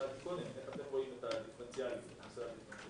פרוקצ'יה בנושא הדיפרנציאליות.